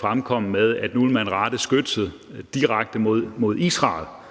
fremkomme med, at nu vil man rette skytset direkte mod Israel,